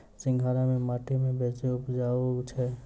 सिंघाड़ा केँ माटि मे बेसी उबजई छै?